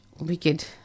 wicked